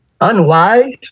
unwise